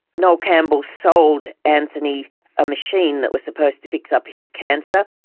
noel campbell sold anthony a machine that was supposed to fix up his cancer.